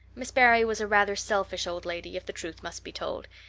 miss barry was a rather selfish old lady, if the truth must be told,